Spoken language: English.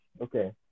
Okay